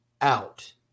out